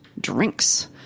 drinks